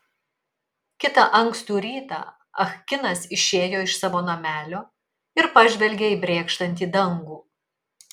kitą ankstų rytą ah kinas išėjo iš savo namelio ir pažvelgė į brėkštantį dangų